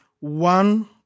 one